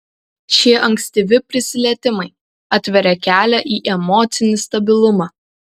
šie ankstyvi prisilietimai atveria kelią į emocinį stabilumą